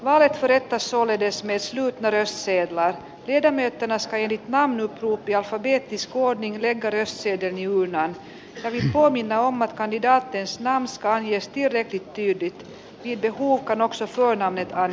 valepa etta sun edes mies ja karensseja vaan tiedämme että naiset äidit vaan luuppia faber isku on vince caresseiden juurilla eli valmiina oma kandidaatti jos ranskaan viestireitittiidin hiipi hukkanoksessa oinonen käyttäen